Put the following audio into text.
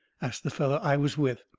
asts the feller i was with.